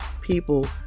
people